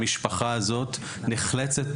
המשפחה הזאת נחלצת